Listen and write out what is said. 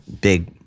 big